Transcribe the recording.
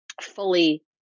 fully